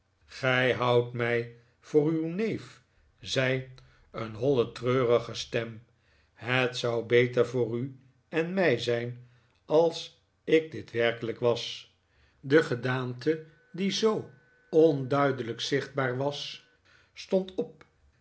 gij houdt mij voor uw neef zei een holle treufige stem het zou beter voor u en mij zijn als ik dit werkelijk was de gedaante die zoo onduidelijk zichtbaar was stond op